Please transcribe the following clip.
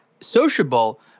sociable